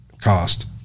cost